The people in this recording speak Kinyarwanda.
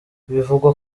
bivugwa